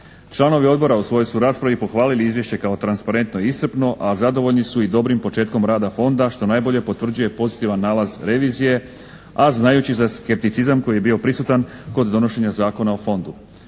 Članovi Odbora u svojoj su raspravi pohvalili izvješće kao transparentno i iscrpno, a zadovoljni su i dobrim početkom rada Fonda, što najbolje potvrđuje pozitivan nalaz Revizije, a znajući za skepticizam koji je bio prisutan kod donošenja Zakona o fondu.